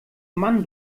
mann